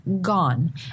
gone